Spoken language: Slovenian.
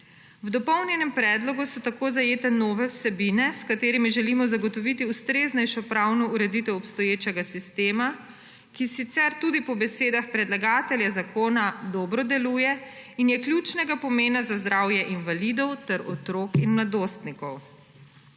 V dopolnjenem predlogu so tako zajete nove vsebine, s katerimi želimo zagotoviti ustreznejšo pravno ureditev obstoječega sistema, ki sicer tudi po besedah predlagatelja zakona dobro deluje in je ključnega pomena za zdravje invalidov ter otrok in mladostnikov.